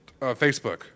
Facebook